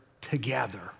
together